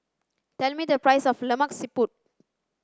tell me the price of lemak siput